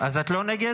אז את לא נגד?